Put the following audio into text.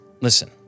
listen